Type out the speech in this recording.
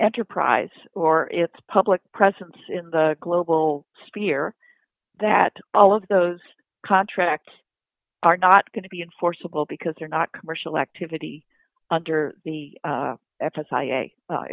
enterprise or its public presence in the global spear that all of those contracts are not going to be enforceable because they're not commercial activity under the